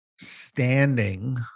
standing